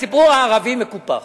הציבור הערבי מקופח.